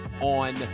on